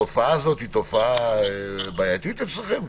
התופעה הזאת היא תופעה בעייתית אצלכם?